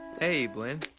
hey blynn.